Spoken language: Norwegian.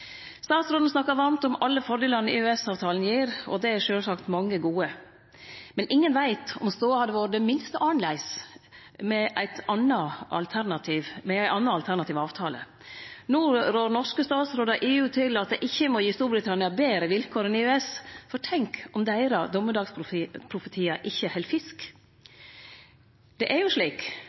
Statsråden snakka varmt om alle fordelane EØS-avtalen gir, og det er sjølvsagt mange gode, men ingen veit om stoda hadde vore det minste annleis med ein annan, alternativ avtale. No rår norske statsrådar EU til å ikkje gi Storbritannia betre vilkår enn EØS, for tenk om deira dommedagsprofetiar ikkje held fisk? I dag fører jo